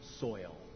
soil